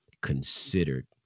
considered